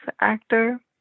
actor